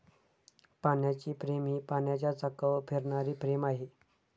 पाण्याची फ्रेम ही पाण्याच्या चाकावर फिरणारी फ्रेम आहे